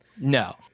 No